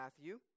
Matthew